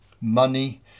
money